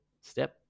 step